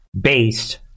based